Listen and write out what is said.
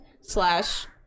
slash